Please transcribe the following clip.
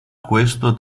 questo